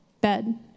bed